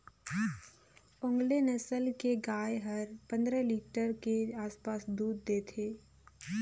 ओन्गेले नसल के गाय हर पंद्रह लीटर के आसपास दूद देथे